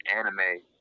anime